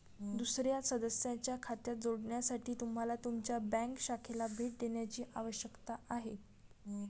दुसर्या सदस्याच्या खात्यात जोडण्यासाठी तुम्हाला तुमच्या बँक शाखेला भेट देण्याची आवश्यकता आहे